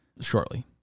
shortly